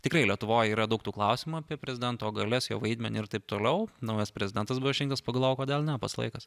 tikrai lietuvoj yra daug tų klausimų apie prezidento galias jo vaidmenį ir taip toliau naujas prezidentas buvo išrinkta pagalvojau kodėl ne pats laikas